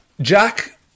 Jack